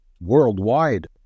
worldwide